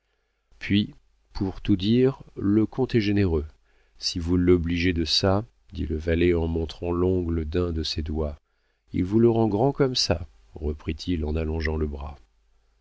puis pour tout dire le comte est généreux si vous l'obligez de ça dit le valet en montrant l'ongle d'un de ses doigts il vous le rend grand comme ça reprit-il en allongeant le bras